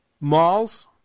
Malls